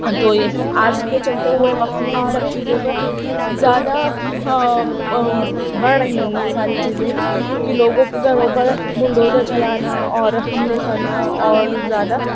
تو یہ آج کے چلتے ہوئے وقت میں ان سب چیزوں کا زیادہ بڑھ رہی ہیں یہ ساری چیزیں کہ لوگوں کے گھروں پر بلڈوزر چلانا اور حملے کرنا اور زیادہ